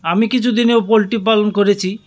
আমি কিছু দিনেও পোলট্রি পালন করেছি